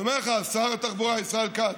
אני אומר לך, שר התחבורה ישראל כץ,